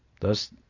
thus